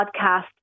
podcast